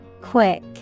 Quick